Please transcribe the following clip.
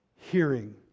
Hearing